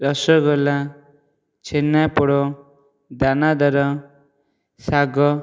ରସଗୋଲା ଛେନାପୋଡ଼ ଦାନାଦର ଶାଗ